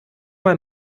mal